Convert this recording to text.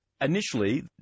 Initially